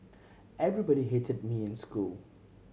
everybody hated me in school